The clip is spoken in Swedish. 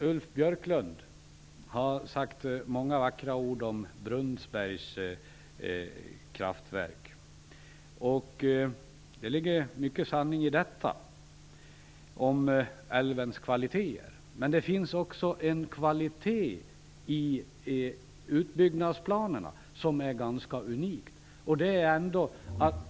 Ulf Björklund har sagt många vackra ord om Brunnsbergs kraftverk. I dem ligger mycket sanning om älvens kvaliteter. Men det finns också en kvalitet i utbyggnadsplanerna som är ganska unik.